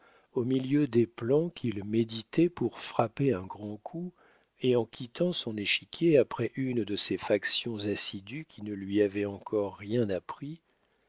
au milieu des plans qu'il méditait pour frapper un grand coup et en quittant son échiquier après une de ces factions assidues qui ne lui avaient encore rien appris